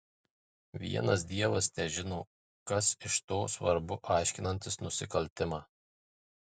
vienas dievas težino kas iš to svarbu aiškinantis nusikaltimą